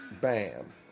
Bam